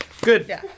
Good